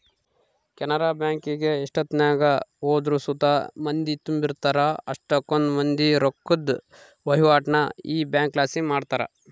ಕೆನರಾ ಬ್ಯಾಂಕಿಗೆ ಎಷ್ಟೆತ್ನಾಗ ಹೋದ್ರು ಸುತ ಮಂದಿ ತುಂಬಿರ್ತಾರ, ಅಷ್ಟಕೊಂದ್ ಮಂದಿ ರೊಕ್ಕುದ್ ವಹಿವಾಟನ್ನ ಈ ಬ್ಯಂಕ್ಲಾಸಿ ಮಾಡ್ತಾರ